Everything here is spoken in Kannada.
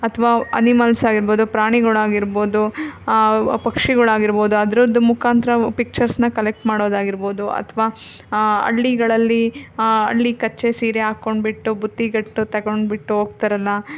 ಅಥವಾ ಅನಿಮಲ್ಸ್ ಆಗಿರ್ಬೋದು ಪ್ರಾಣಿಗಳು ಆಗಿರ್ಬೋದು ಪಕ್ಷಿಗಳು ಆಗಿರ್ಬೋದು ಅದ್ರದು ಮುಖಾಂತರ ಪಿಕ್ಚರ್ಸನ್ನ ಕಲೆಕ್ಟ್ ಮಾಡೋದಾಗಿರ್ಬೋದು ಅಥವಾ ಹಳ್ಳಿಗಳಲ್ಲಿ ಹಳ್ಳಿ ಕಚ್ಚೆ ಸೀರೆ ಹಾಕ್ಕೊಂಡ್ಬಿಟ್ಟು ಬುತ್ತಿ ಗಂಟು ತಗೊಂಡ್ಬಿಟ್ಟು ಹೋಗ್ತಾರಲ್ಲ